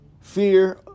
fear